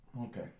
Okay